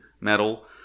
metal